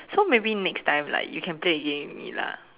so maybe next time like you can play the game with me lah